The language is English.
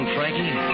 Frankie